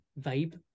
vibe